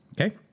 Okay